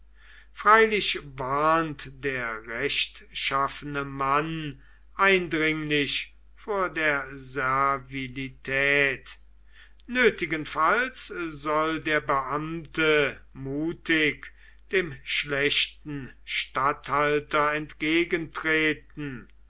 freilich warnt der rechtschaffene mann eindringlich vor der servilität nötigenfalls soll der beamte mutig dem schlechten statthalter entgegentreten